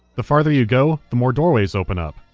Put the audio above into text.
the farther you go, the more doorways open up.